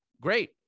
Great